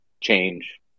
change